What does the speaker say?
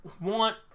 want